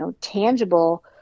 tangible